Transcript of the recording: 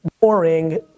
boring